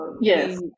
yes